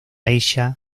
ella